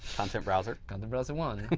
content browser kind of browser one,